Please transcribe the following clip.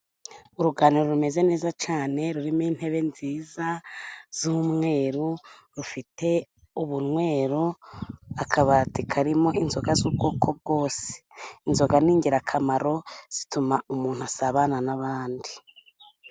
Uruganiriro rumeze neza cyane, rurimo intebe nziza z'umweru, rufite ubunywero, akabati karimo inzoga z'ubwoko bwose. Inzoga ni ingirakamaro zituma umuntu asabana n'abandi.